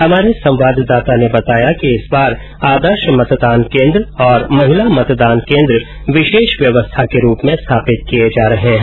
हमारे संवाददाता ने बताया कि इस बार आदर्श मतदान केन्द्र और महिला मतदान केन्द्र विशेष व्यवस्था के रूप में स्थापित किये जा रहे है